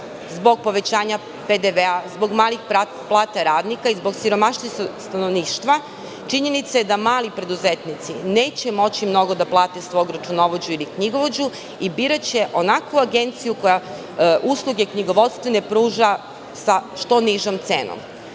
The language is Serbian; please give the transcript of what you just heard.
zbog povećanja PDV, zbog malih plata radnika i zbog siromaštva stanovništva, činjenica je da mali preduzetnici neće moći mnogo da plate svog računovođu ili knjigovođu i biraće onakvu agenciju koja knjigovodstvene usluge pruža sa što nižom cenom.